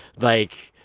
like,